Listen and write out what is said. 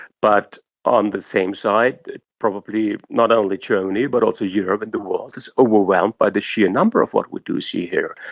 but on the same side probably not only germany but also europe and the world is overwhelmed by the sheer number of what we do see here.